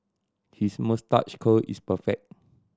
his moustache curl is perfect